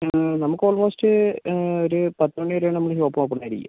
ആ നമുക്ക് ഓൾമോസ്റ്റ് ഒരു പത്ത് മണിവരെയാണ് നമ്മൾ ഈ ഷോപ്പ് ഓപ്പൺ ആയിരിക്കുക